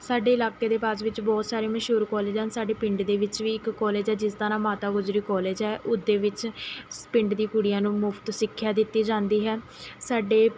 ਸਾਡੇ ਇਲਾਕੇ ਦੇ ਪਾਸ ਵਿੱਚ ਬਹੁਤ ਸਾਰੇ ਮਸ਼ਹੂਰ ਕੋਲਜ ਹਨ ਸਾਡੇ ਪਿੰਡ ਦੇ ਵਿੱਚ ਵੀ ਇੱਕ ਕੋਲਜ ਹੈ ਜਿਸ ਦਾ ਨਾਂ ਮਾਤਾ ਗੁਜਰੀ ਕੋਲਜ ਹੈ ਉਹਦੇ ਵਿੱਚ ਪਿੰਡ ਦੀ ਕੁੜੀਆਂ ਨੂੰ ਮੁਫ਼ਤ ਸਿੱਖਿਆ ਦਿੱਤੀ ਜਾਂਦੀ ਹੈ ਸਾਡੇ